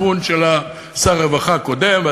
שר הרווחה הקודם היה המצפון,